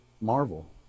Marvel